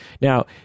Now